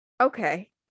okay